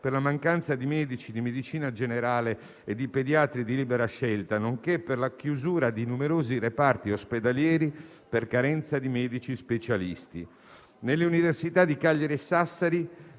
per la mancanza di medici di medicina generale e di pediatri di libera scelta, nonché per la chiusura di numerosi reparti ospedalieri per carenza di medici specialisti. Nelle università di Cagliari e Sassari,